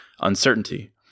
uncertainty